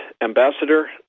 Ambassador